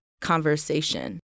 conversation